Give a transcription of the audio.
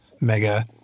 Mega